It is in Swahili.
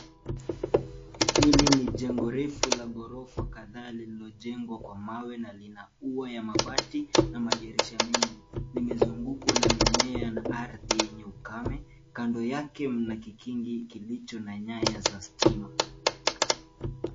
Hili ni jengo refu la gorofa kadhaa lililojengwa kwa mawe na lina ua ya mabati na madirisha mengi. Limezungukwa na mimea na ardhi yenye ukame kando yake mna kikingi kilicho na nyaya za stima.